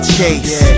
chase